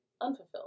unfulfilled